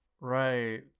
Right